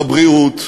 בבריאות,